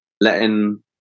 letting